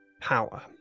power